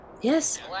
Yes